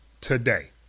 today